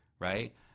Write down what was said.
right